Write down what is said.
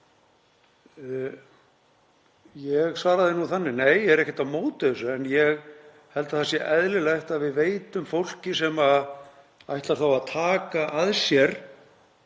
Ég svaraði því þannig: Nei, ég er ekkert á móti þessu en ég held að það sé eðlilegt að við gefum fólki, sem ætlar að taka að sér